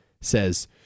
says